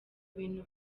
bintu